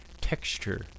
texture